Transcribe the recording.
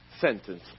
sentence